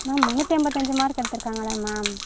ma'am முந்நூற்றி எண்பத்தஞ்சு mark எடுத்துருக்காங்களே மேம்